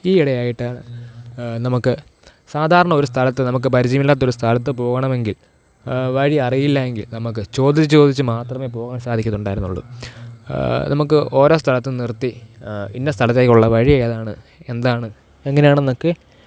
ഈയിടെയായിട്ട് നമുക്ക് സാധാരണ ഒരു സ്ഥലത്ത് നമുക്ക് പരിചയമില്ലാത്ത ഒരു സ്ഥലത്ത് പോകണമെങ്കിൽ വഴി അറിയില്ല എങ്കിൽ നമുക്ക് ചോദിച്ചു ചോദിച്ച് മാത്രമേ പോകാൻ സാധിക്കുന്നുണ്ടായിരുന്നുള്ളൂ നമുക്ക് ഓരോ സ്ഥലത്ത് നിർത്തി ഇന്ന സ്ഥലത്തേക്കുള്ള വഴി ഏതാണ് എന്താണ് എങ്ങനെയാണെന്നൊക്കെ